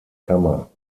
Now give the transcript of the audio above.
kammer